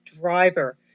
driver